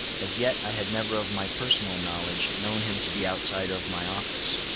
as yet i had never of my personal knowledge known him to be outside of my office.